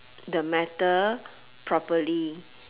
the matter properly